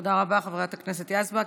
תודה רבה, חבר הכנסת יזבק.